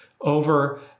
over